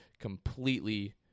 completely